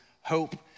hope